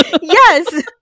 Yes